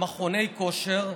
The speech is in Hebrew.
מכוני כושר,